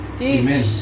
Amen